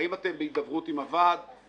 האם אתם בהידברות עם ועד העובדים?